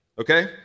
Okay